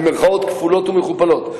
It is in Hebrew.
במירכאות כפולות ומכופלות,